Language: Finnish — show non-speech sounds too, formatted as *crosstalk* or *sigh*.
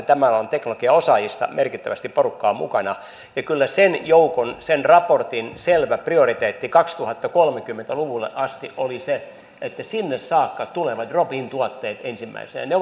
*unintelligible* tämän alan teknologian osaajista oli merkittävästi porukkaa mukana ja kyllä sen joukon sen raportin selvä prioriteetti kaksituhattakolmekymmentä luvulle asti oli se että sinne saakka tulevat drop in tuotteet ensimmäisenä ne *unintelligible*